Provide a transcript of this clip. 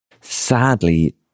Sadly